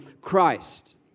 Christ